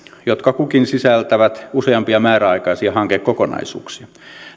jotka kukin sisältävät useampia määräaikaisia hankekokonaisuuksia